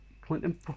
Clinton